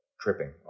tripping